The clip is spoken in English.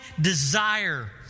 desire